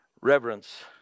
Reverence